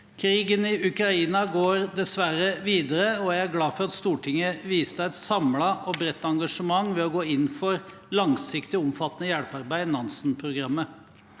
Krigen i Ukraina går dessverre videre, og jeg er glad for at Stortinget viste et samlet og bredt engasjement ved å gå inn for et langsiktig og omfattende hjelpearbeid: Nansen-programmet.